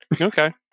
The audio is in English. Okay